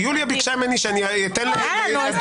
יוליה ביקשה ממני שאני אתן --- יאללה נו,